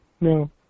No